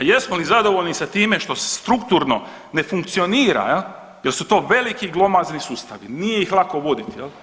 A jesmo li zadovoljni s time što strukturno ne funkcionira jer su to veliki, glomazni sustavi, nije ih lako voditi jel.